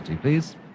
please